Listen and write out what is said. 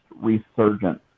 resurgence